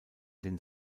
den